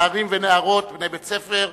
נערים ונערות בני בית-ספר,